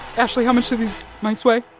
ashlee, how much do these mice weigh?